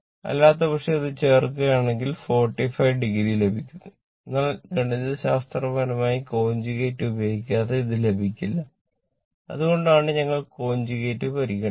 അല്ലാത്തപക്ഷം ഇത് ചേർക്കുകയാണെങ്കിൽ 45o ലഭിക്കുന്നു എന്നാൽ ഗണിതശാസ്ത്രപരമായി കൺജഗേറ്റ് ഉപയോഗിക്കാതെ ഇത് ലഭിക്കില്ല അതുകൊണ്ടാണ് ഞങ്ങൾ കൺജഗേറ്റ് പരിഗണിക്കുന്നത്